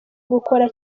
gukora